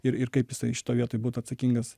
ir ir kaip jisai šitoj vietoj būtų atsakingas